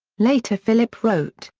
later philip wrote,